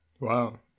wow